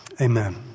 Amen